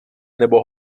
nebo